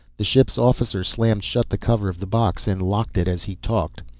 the ship's officer slammed shut the cover of the box and locked it as he talked.